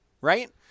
right